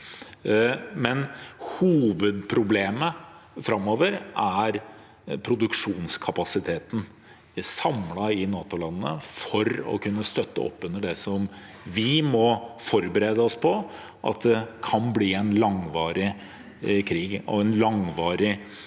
Men hovedproblemet framover er den samlede produksjonskapasiteten i NATO-landene for å kunne støtte opp under det som vi må forberede oss på at kan bli en langvarig krig, en langvarig